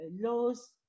laws